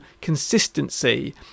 consistency